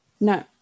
No